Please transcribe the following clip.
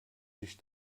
sich